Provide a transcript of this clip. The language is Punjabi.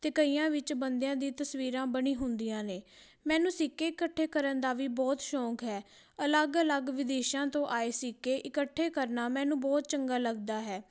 ਅਤੇ ਕਈਆਂ ਵਿੱਚ ਬੰਦਿਆਂ ਦੀ ਤਸਵੀਰਾਂ ਬਣੀ ਹੁੰਦੀਆਂ ਨੇ ਮੈਨੂੰ ਸਿੱਕੇ ਇਕੱਠੇ ਕਰਨ ਦਾ ਵੀ ਬਹੁਤ ਸ਼ੌਕ ਹੈ ਅਲੱਗ ਅਲੱਗ ਵਿਦੇਸ਼ਾਂ ਤੋਂ ਆਏ ਸਿੱਕੇ ਇਕੱਠੇ ਕਰਨਾ ਮੈਨੂੰ ਬਹੁਤ ਚੰਗਾ ਲੱਗਦਾ ਹੈ